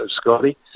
Scotty